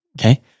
Okay